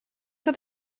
oedd